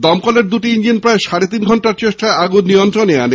দমকলের দুটি ইঞ্জিন প্রায় সাড়ে তিনঘন্টার চেষ্টায় আগুন নিয়ন্ত্রণে আনে